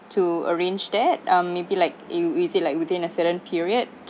to arrange that or maybe like you is it like within a certain period